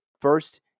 first